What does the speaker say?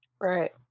Right